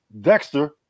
Dexter